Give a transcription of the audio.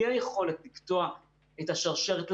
בלי היכולת לקטוע את השרשת,